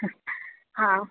हँ